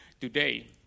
today